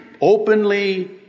openly